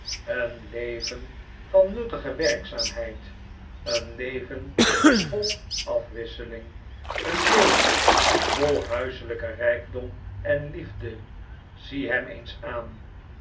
een leven van nuttige werkzaamheid een leven vol afwisseling een leven vol huiselyken rykdom en liefde zie hem eens aan